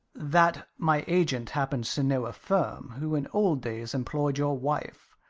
that my agent happens to know a firm, who in old days employed your wife.